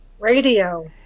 Radio